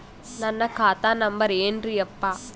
ನನ್ನ ಖಾತಾ ನಂಬರ್ ಏನ್ರೀ ಯಪ್ಪಾ?